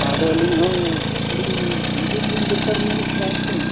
ᱟᱫᱚ ᱟᱹᱞᱤᱧ ᱦᱚᱸ ᱟᱹᱞᱤᱧ ᱡᱤᱞ ᱞᱤᱧ ᱫᱚᱨᱠᱟᱨ ᱧᱚᱜᱚᱜ ᱠᱟᱱᱟ ᱦᱮᱸ ᱥᱮ